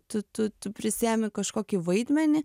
tu tu tu prisiemi kažkokį vaidmenį